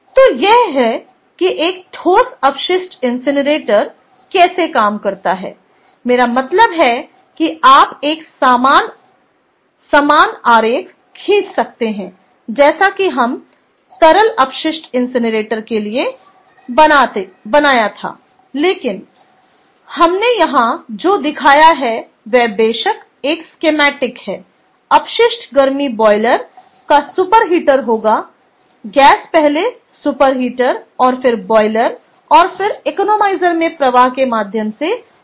तो यह है कि एक ठोस अपशिष्ट इनसिनरेटर कैसे काम करता है मेरा मतलब है कि आप एक समान आरेख खींच सकते हैं जैसा कि हम तरल अपशिष्ट इनसिनरेटर के लिए बनाया था लेकिन हमने यहां जो दिखाया है वह बेशक एक स्कीमैटिक है अपशिष्ट गर्मी बॉयलर का सुपर हीटर होगा गैस पहले सुपर हीटर और फिर बायलर और फिर इकोनोमाइजर में प्रवाह के माध्यम से उड़ जाएगी